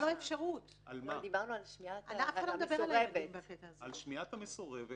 שמיעת המסורבת